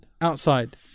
outside